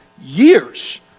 years